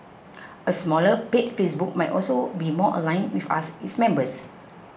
a smaller paid Facebook might also be more aligned with us its members